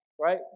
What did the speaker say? right